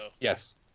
Yes